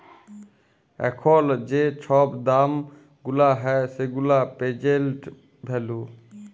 এখল যে ছব দাম গুলা হ্যয় সেগুলা পের্জেল্ট ভ্যালু